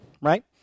right